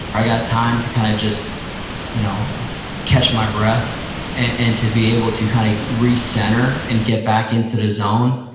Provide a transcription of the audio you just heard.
i got time to kind of just you know catch my breath and to be able to kind of recenter and get back into the zone.